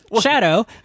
Shadow